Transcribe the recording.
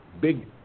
big